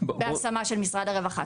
בהשמה של משרד הרווחה.